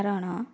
କାରଣ